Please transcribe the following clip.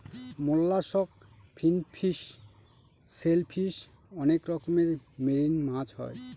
mollusc, finfish, shellfish অনেক রকমের marine মাছ হয়